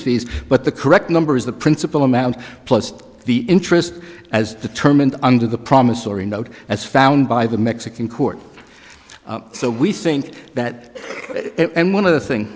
fees but the correct number is the principal amount plus the interest as determined under the promissory note as found by the mexican court so we think that and one of the thing